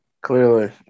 Clearly